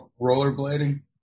rollerblading